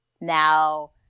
now